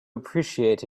appreciate